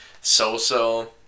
so-so